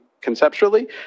conceptually